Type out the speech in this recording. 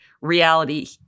reality